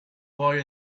boy